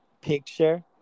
picture